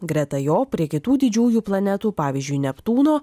greta jo prie kitų didžiųjų planetų pavyzdžiui neptūno